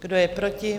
Kdo je proti?